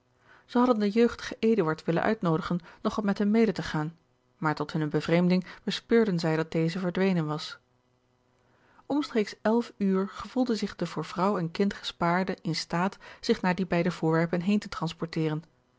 zij hadden den jeugdigen eduard willen uitnoodigen nog wat met hen mede te gaan maar tot hunne bevreemding bespeurden zij dat deze verdwenen was omstreeks elf uur gevoelde zich de voor vrouw en kind gespaarde in staat zich naar die beide voorwerpen heen te transporteren